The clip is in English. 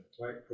right